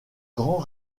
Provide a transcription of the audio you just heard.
grand